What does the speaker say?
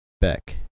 Beck